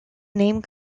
name